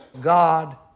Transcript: God